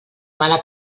mala